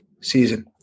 season